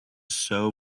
sew